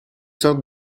sortes